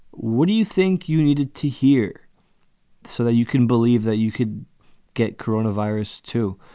what do you think you needed to hear so that you can believe that you could get corona virus to?